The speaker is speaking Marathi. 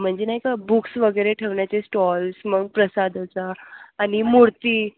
म्हणजे नाही का बुक्स वगैरे ठेवण्याचे स्टॉल्स मग प्रसादाचा आणि मूर्ती